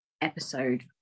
episode